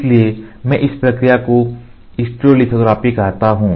इसलिए मैं इस प्रक्रिया को स्टीरोलिथोग्राफी कहता हूं